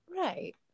Right